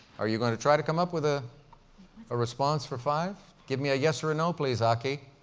are you going to try to come up with ah a response for five? give me a yes or a no please, aki.